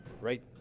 right